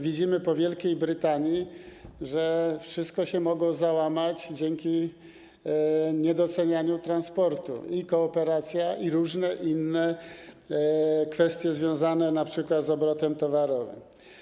Widzimy po Wielkiej Brytanii, że wszystko się mogło załamać na skutek niedoceniania transportu - i kooperacja, i różne inne kwestie związane np. z obrotem towarowym.